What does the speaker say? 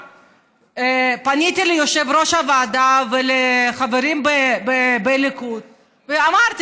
פניתי ליושב-ראש הוועדה ולחברים בליכוד ואמרתי